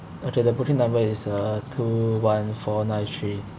okay the booking number is uh two one four nine three